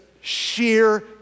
sheer